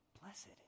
blessed